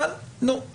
אבל נו,